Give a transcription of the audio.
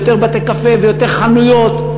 ויותר בתי-קפה ויותר חנויות.